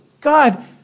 God